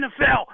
NFL